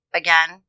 again